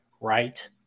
right